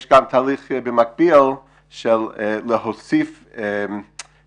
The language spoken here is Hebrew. יש גם תהליך במקביל של להוסיף תקנים.